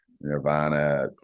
Nirvana